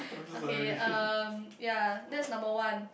okay <(um) ya that's number one